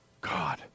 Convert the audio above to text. God